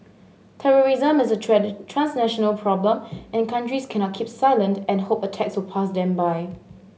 terrorism is a transnational problem and countries cannot keep silent and hope attacks will pass them by